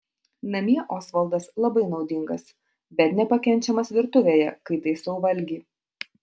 namie osvaldas labai naudingas bet nepakenčiamas virtuvėje kai taisau valgį